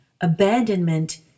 abandonment